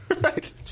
Right